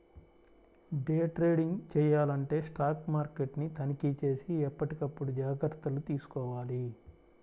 day trading చెయ్యాలంటే stock మార్కెట్ని తనిఖీచేసి ఎప్పటికప్పుడు జాగర్తలు తీసుకోవాలి